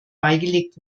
beigelegt